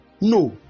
no